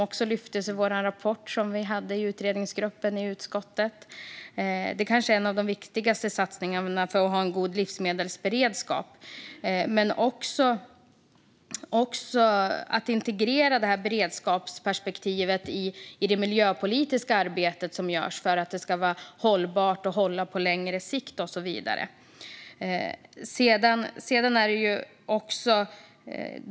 Det här fanns med i vår utskottsrapport och är mycket viktiga satsningar för att få en god livsmedelsberedskap. Det handlar också om att integrera beredskapsperspektivet i det miljöpolitiska arbetet för att det ska vara långsiktigt hållbart.